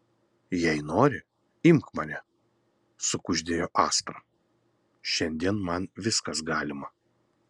jei nori imk mane sukuždėjo astra šiandien man viskas galima